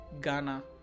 Ghana